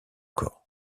corps